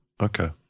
okay